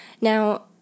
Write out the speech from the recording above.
Now